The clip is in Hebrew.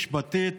משפטית,